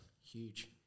Huge